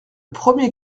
premier